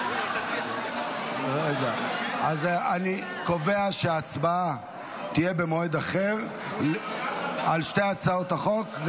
אני קובע שההצבעה תהיה במועד אחר על שתי הצעות החוק,